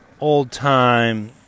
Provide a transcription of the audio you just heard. old-time